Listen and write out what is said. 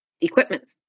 equipment